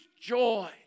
joy